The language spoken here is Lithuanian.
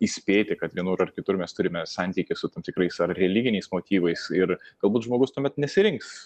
įspėti kad vienur ar kitur mes turime santykį su tam tikrais ar religiniais motyvais ir galbūt žmogus tuomet nesirinks